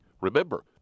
Remember